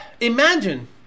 imagine